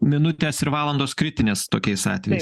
minutės ir valandos kritinės tokiais atvejais